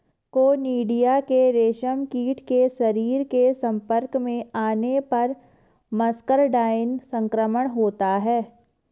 conidia के रेशमकीट के शरीर के संपर्क में आने पर मस्करडाइन संक्रमण होता है